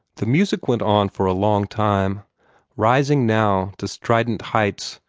the music went on for a long time rising now to strident heights,